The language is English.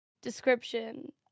description